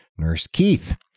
nursekeith